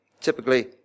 typically